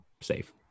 safe